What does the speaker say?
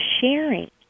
sharing